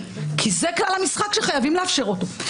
כי זה כלל המשחק שחייבים לאפשר אותו.